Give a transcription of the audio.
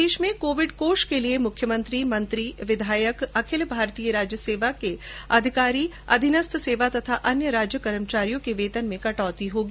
प्रदेश में कोविड कोष के लिए मुख्यमंत्री मंत्री विधायक अखिल भारतीय राज्य सेवा के अधिकारी अधीनस्थ सेवा तथा अन्य राज्य कर्मचारियों के वेतन में कटौती होगी